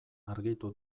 argitu